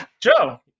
Joe